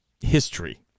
history